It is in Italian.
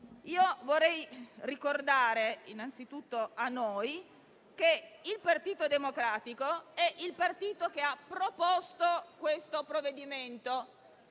vorrei ricordare innanzitutto a noi che è il Partito Democratico che ha proposto questo provvedimento,